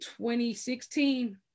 2016